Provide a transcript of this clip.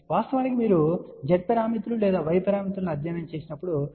వాస్తవానికి మీరు Z పారామితులు లేదా Y పారామితులను అధ్యయనం చేసి ఉండవచ్చు